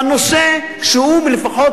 בנושא שהוא לפחות,